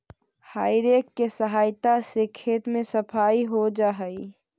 हेइ rake के सहायता से खेत के सफाई हो जा हई